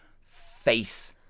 Face